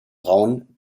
braun